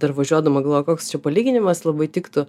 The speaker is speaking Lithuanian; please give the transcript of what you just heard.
dar važiuodama galvojau koks čia palyginimas labai tiktų